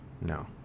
No